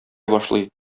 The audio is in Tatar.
башлый